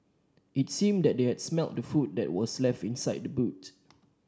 it seemed that they had smelt the food that were left in side boot